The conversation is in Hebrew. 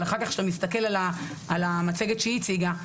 אבל אחר כך שאתה מסתכל על המצגת שהיא הציגה,